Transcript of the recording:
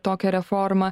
tokia reforma